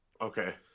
Okay